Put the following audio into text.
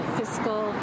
fiscal